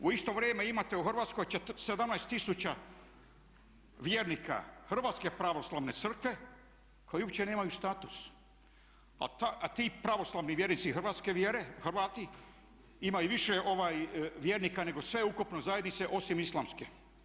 U isto vrijeme imate u Hrvatskoj 17 tisuća vjernika hrvatske pravoslavne crkve koji uopće nemaju status a ti pravoslavni vjernici hrvatske vjere, Hrvati imaju više vjernika nego sve ukupno zajednice osim islamske.